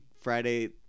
Friday